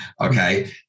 Okay